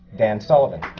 dan sullivan.